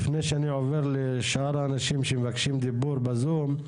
לפני שאני עובר לשאר האנשים שמבקשים דיבור בזום,